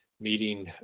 meeting